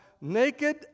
naked